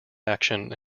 action